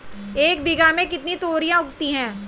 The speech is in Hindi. एक बीघा में कितनी तोरियां उगती हैं?